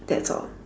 that's all